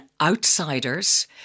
outsiders